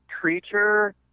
Creature